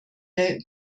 der